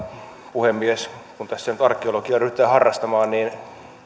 puhemies kun tässä nyt arkeologiaa ryhdytään harrastamaan niin